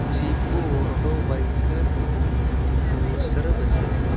jeep auto bike tourister bus